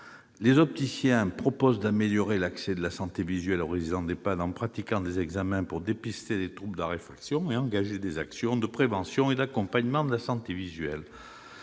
Les opticiens proposent d'améliorer l'accès à la santé visuelle des résidents en EHPAD en pratiquant des examens pour dépister les troubles de la réfraction et engager des actions de prévention et d'accompagnement de la santé visuelle